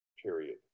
period